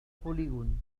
polígon